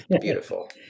Beautiful